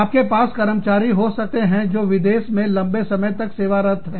आपके पास कर्मचारी हो सकते हैं जो विदेशों में लंबे समय तक सेवारत है